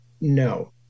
No